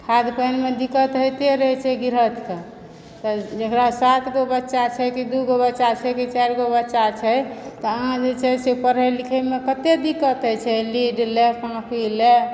खाद्य पानिमे दिक्कत होइते रहए छै गिरहथके तऽ जेकरा सात गो बच्चा छै की दू गो बच्चा छै की चारि गो बच्चा छै तऽ अहाँ जे छै पढ़ए लिखएमे कते दिक्कत होए छै लीड लऽ कॉपी लऽ